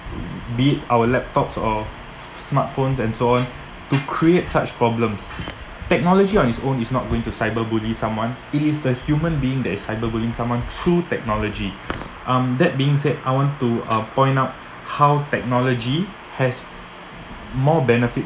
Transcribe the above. be it our laptops or smartphones and so on to create such problems technology on its own is not going to cyberbully someone it is the human being that is cyberbullying someone through technology um that being said I want to point out how technology has more benefit